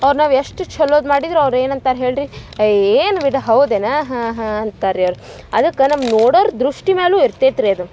ಅವ್ರ ನಾವು ಎಷ್ಟು ಛಲೋದ ಮಾಡಿದ್ರ ಅವ್ರ ಏನು ಅಂತಾರೆ ಹೇಳ್ರಿ ಏ ಏನು ಬಿಡ ಹೌದೆನಾ ಹಾಂ ಹಾಂ ಅಂತಾರೆ ರೀ ಅವ್ರು ಅದಕ್ಕೆ ನಮ್ಮ ನೋಡೋರ ದೃಷ್ಟಿ ಮೇಲು ಇರ್ತೈತಿ ರೀ ಅದು